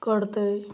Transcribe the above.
कळतं आहे